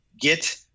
get